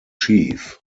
chief